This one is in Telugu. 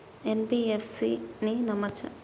ఎన్.బి.ఎఫ్.సి ని నమ్మచ్చా?